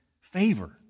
favor